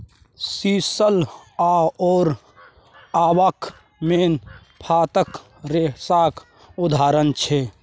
sisal आओर abaca मेन पातक रेशाक उदाहरण छै